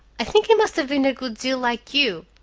i think he must have been a good deal like you.